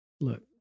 Look